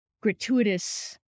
gratuitous